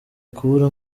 kubura